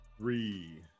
Three